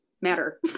matter